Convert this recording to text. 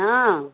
हँ